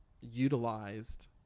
utilized